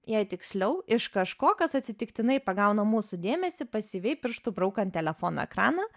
jei tiksliau iš kažko kas atsitiktinai pagauna mūsų dėmesį pasyviai pirštu braukant telefono ekraną